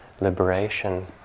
liberation